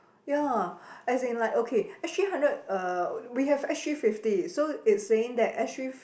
ya as in like okay s_g hundred uh we have s_g fifty so it's saying that s_g